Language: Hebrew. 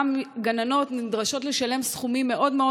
גם גננות נדרשות לשלם סכומים מאוד מאוד